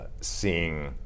seeing